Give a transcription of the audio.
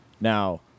Now